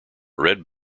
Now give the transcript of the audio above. red